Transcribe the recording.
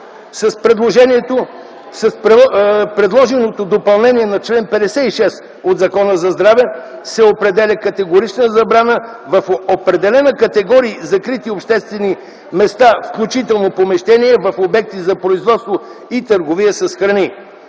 С предложеното допълнение на чл. 56 от Закона за здравето се определя категорична забрана в определена категория закрити обществени места, включително помещения в обекти за производство и търговия с храни.